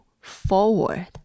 forward